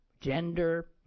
gender